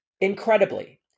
incredibly